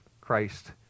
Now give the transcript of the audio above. Christ